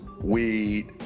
weed